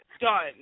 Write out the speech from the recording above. done